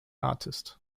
artist